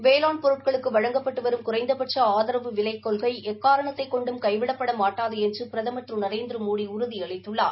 வேளாண் பொருட்களுக்கு வழங்கப்பட்டு வரும் குறைந்தபட்ச ஆதரவு விலைக் கொள்கை எக்காரணத்தைக் கொண்டும் கைவிடப்படமாட்டாது என்று பிரதமர் திரு நரேந்திரமோடி உறுதியளித்துள்ளார்